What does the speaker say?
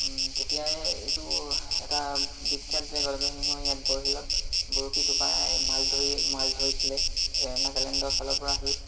তেতিয়াই এইটো এটা বিখ্যাত যে গদধৰ সিংহ ইয়াত বৰশীলত বৰশীটো পাই মাছ ধৰি মাছ ধৰিছিলে নাগালেণ্ডৰ ফালৰ পৰা আহি